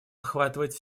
охватывать